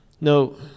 No